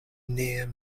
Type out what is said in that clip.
near